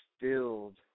filled